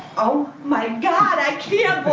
oh my god, i can't